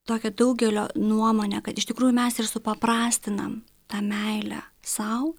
tokia daugelio nuomonė kad iš tikrųjų mes ir supaprastinam tą meilę sau